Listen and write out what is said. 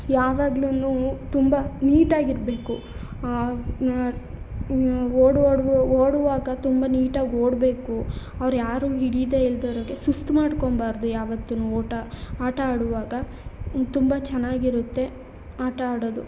ಯಾವಾಗ್ಲೂ ತುಂಬ ನೀಟಾಗಿರಬೇಕು ಆ ಓಡಿ ಓಡಿ ಓಡುವಾಗ ತುಂಬ ನೀಟಾಗಿ ಓಡಬೇಕು ಅವ್ರು ಯಾರೂ ಹಿಡಿಯದೇ ಇಲ್ಲದೆ ಇರೋಗೆ ಸುಸ್ತು ಮಾಡ್ಕೊಬಾರ್ದು ಯಾವತ್ತೂ ಓಟ ಆಟ ಆಡುವಾಗ ತುಂಬ ಚೆನ್ನಾಗಿರುತ್ತೆ ಆಟ ಆಡೋದು